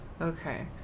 Okay